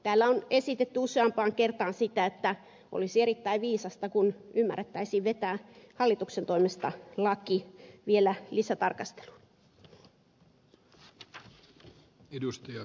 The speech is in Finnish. täällä on esitetty useampaan kertaan sitä että olisi erittäin viisasta kun ymmärrettäisiin vetää hallituksen toimesta laki vielä lisätarkasteluun